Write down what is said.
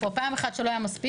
פעם אחת שלא היה מספיק,